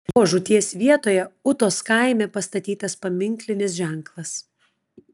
jo žūties vietoje ūtos kaime pastatytas paminklinis ženklas